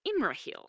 Imrahil